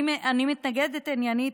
אני מתנגדת עניינית,